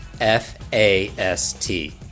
F-A-S-T